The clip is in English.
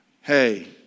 hey